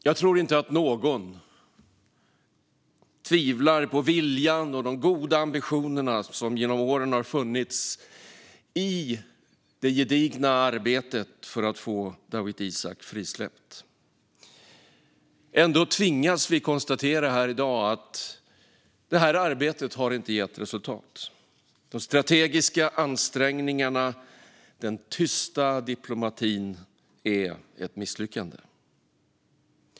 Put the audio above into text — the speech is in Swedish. Jag tror inte att någon tvivlar på viljan eller de goda ambitionerna som genom åren funnits i det gedigna arbetet för att få Dawit Isaak frisläppt. Ändå tvingas vi konstatera här i dag att arbetet inte har gett resultat. De strategiska ansträngningarna och den tysta diplomatin är ett misslyckande.